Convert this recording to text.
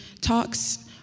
talks